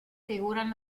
figuran